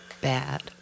bad